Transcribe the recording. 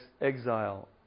exile